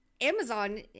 Amazon